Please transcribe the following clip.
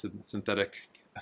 synthetic